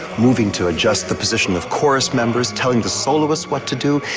moving to adjust the position of chorus members, telling the soloists what to do.